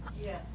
yes